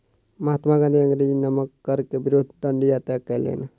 महात्मा गाँधी अंग्रेजी नमक कर के विरुद्ध डंडी यात्रा कयलैन